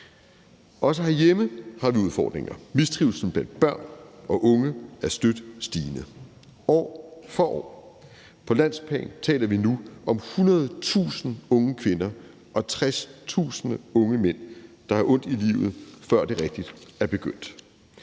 Også herhjemme har vi udfordringer. Mistrivslen blandt børn og unge er støt stigende, år for år. På landsplan taler vi nu om 100.000 unge kvinder og 60.000 unge mænd, der har ondt i livet, før det rigtig er begyndt.